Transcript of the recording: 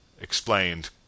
explained